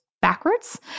backwards